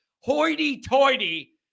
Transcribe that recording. hoity-toity